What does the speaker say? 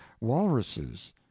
walruses